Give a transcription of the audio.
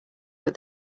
what